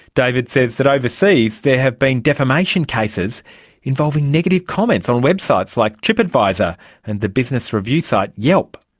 david says that overseas there have been defamation cases involving negative comments on websites like tripadvisor and the business review site yelp.